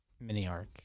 mini-arc